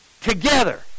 together